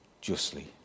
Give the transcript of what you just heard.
justly